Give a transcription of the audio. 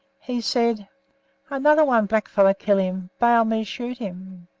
he said another one blackfellow killed him, baal me shoot him.